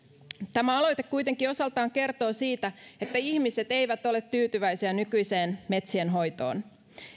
tämä aloite kuitenkin osaltaan kertoo siitä että ihmiset eivät ole tyytyväisiä nykyiseen metsienhoitoon